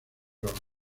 los